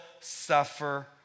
suffer